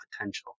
potential